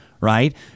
Right